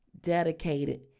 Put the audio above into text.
dedicated